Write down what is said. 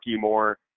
more